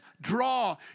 Draw